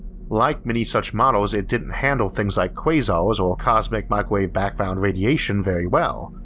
like many such models it didn't handle thinks like quasars or cosmic microwave background radiation very well,